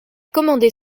commandé